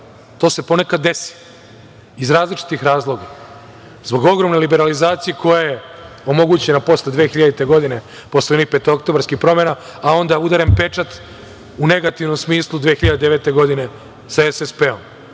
To se ponekad desi iz različitih razloga zbog ogromne liberalizacije koja je omogućena posle 2000. godine, posle onih petooktobarskih promena, a onda udare pečat u negativnom smislu 2009. godine sa SSP-om